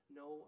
no